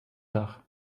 dach